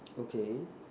okay